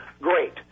great